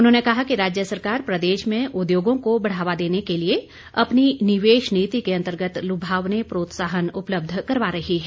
उन्होंने कहा कि राज्य सरकार प्रदेश में उद्योगों को बढ़ावा देने के लिए अपनी निवेश नीति के अंतर्गत लुभावने प्रोत्साहन उपलब्ध करवा रही है